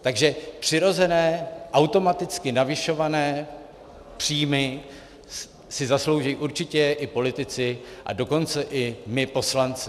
Takže přirozené automaticky navyšované příjmy si zaslouží určitě i politici, a dokonce i my, poslanci.